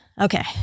okay